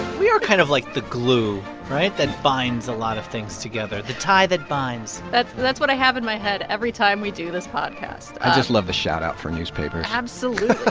we are kind of like the glue right? that binds a lot of things together, the tie that binds that's that's what i have in my head every time we do this podcast i just love the shoutout for newspapers absolutely ah